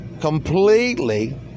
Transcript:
completely